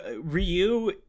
Ryu